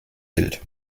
bild